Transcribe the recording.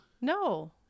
No